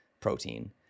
protein